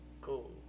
Cool